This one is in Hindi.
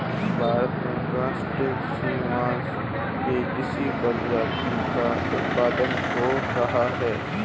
भारत में क्रस्टेशियंस के किस प्रजाति का उत्पादन हो रहा है?